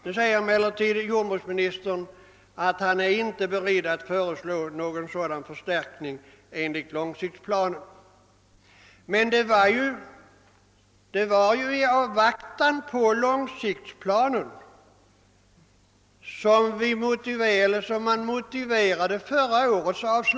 Nu säger emellertid jordbruksministern att han inte är beredd att föreslå någon sådan förstärkning enligt långtidsplanen. Men förra årets avslag motiverades med att vi avvaktade långtidsplanen.